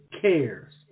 cares